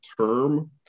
term